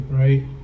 right